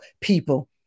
people